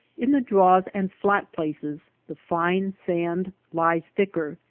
in the draws and flat places the fine sand lies thicker,